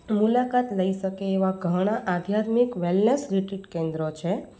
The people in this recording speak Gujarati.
મુલાકાત લઈ શકે એવા ઘણા આધ્યાત્મિક વેલનેસ રિટ્રીટ કેન્દ્રો છે